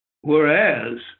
whereas